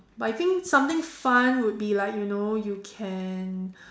but I think something fun would be like you know you can